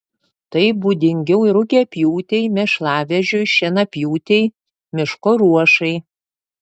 tai būdingiau rugiapjūtei mėšlavežiui šienapjūtei miško ruošai